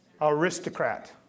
Aristocrat